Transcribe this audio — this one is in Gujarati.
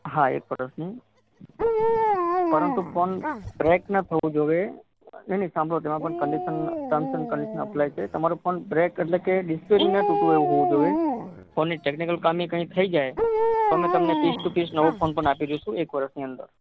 હા એક વર્ષની પરંતુ ફોન બ્રેક ના થવો જોઈએ નહીં નહીં સાંભળો જેમાં પણ condition term and condition apply છે તમારો ફોન બ્રેક એટલે કે ડિસ્પ્લે ના તૂટેલી હોવી જોઈએ ફોનની ટેકનિકલ ખામી કાંઈ થઈ જાય તો અમે તમને પીસ ટુ પીસ નવો ફોન પણ આપી દઇશું એક વર્ષની અંદર